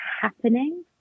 happening